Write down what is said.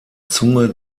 zunge